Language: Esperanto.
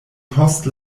post